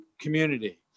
community